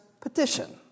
petition